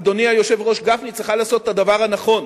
אדוני היושב-ראש גפני, צריכה לעשות את הדבר הנכון.